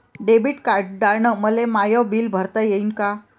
Debit कार्डानं मले माय बिल भरता येईन का?